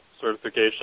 Certification